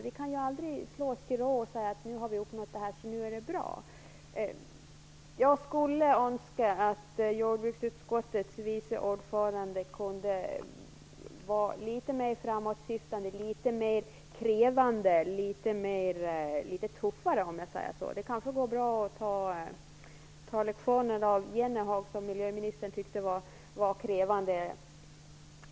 Vi kan aldrig slå oss till ro och säga: Nu när vi har uppnått det här så är det bra. Jag skulle önska att jordbruksutskottets vice ordförande kunde vara litet mer framåtsyftande, litet mer krävande, litet tuffare, om jag säger så. Det kanske går bra att ta lektioner av Jan Jennehag, som miljöministern tyckte var krävande.